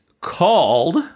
called